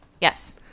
Yes